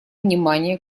внимания